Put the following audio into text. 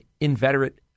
inveterate